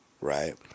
right